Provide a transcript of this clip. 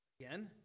again